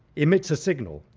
emits a signal,